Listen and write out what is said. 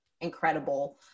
incredible